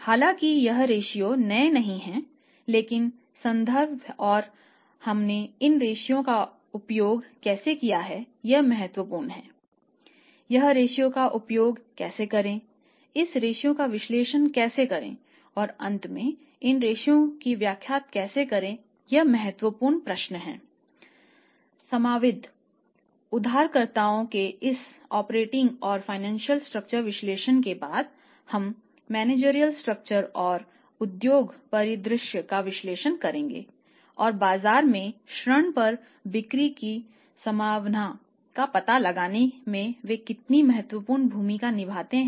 हालांकि ये रेश्यो और उद्योग परिदृश्य का विश्लेषण करेंगे और बाजार में ऋण पर बिक्री की संभावना का पता लगाने में वे कितनी महत्वपूर्ण भूमिका निभाते हैं